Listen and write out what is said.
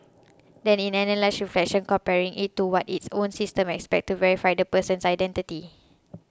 then analyses reflection comparing it to what its own system expects to verify the person's identity